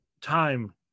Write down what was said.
time